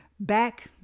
Back